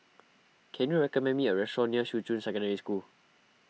can you recommend me a restaurant near Shuqun Secondary School